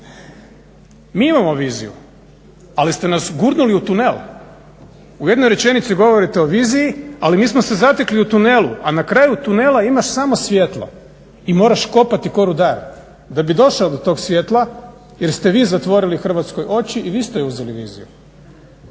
Mi imamo viziju ali ste nas gurnuli u tunel. U jednoj rečenici govorite o viziji ali mi smo se zatekli u tunelu a na kraju tunela imaš samo svijetla i moraš kopati ko rudar da bi došao do tog svijetla jer ste vi zatvorili Hrvatskoj oči i vi ste uzeli viziju.